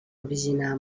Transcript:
originar